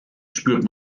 spürt